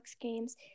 games